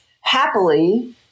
Happily